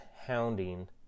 hounding